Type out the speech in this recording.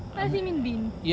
what does he mean been